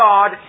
God